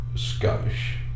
Scottish